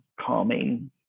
calming